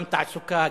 גם תעסוקה,